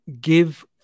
give